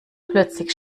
plötzlich